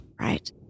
Right